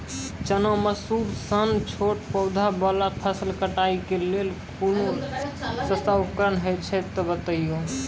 चना, मसूर सन छोट पौधा वाला फसल कटाई के लेल कूनू सस्ता उपकरण हे छै तऽ बताऊ?